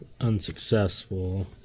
unsuccessful